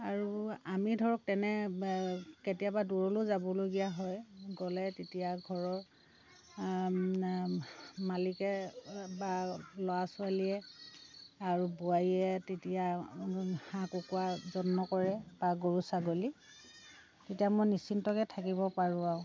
আৰু আমি ধৰক তেনে কেতিয়াবা দূৰলৈয়ো যাবলগীয়া হয় গ'লে তেতিয়া ঘৰৰ মালিকে বা ল'ৰা ছোৱালীয়ে আৰু বোৱাৰীয়ে তেতিয়া হাঁহ কুকুৰা যত্ন কৰে বা গৰু ছাগলী তেতিয়া মই নিশ্চিন্তকৈ থাকিব পাৰোঁ আৰু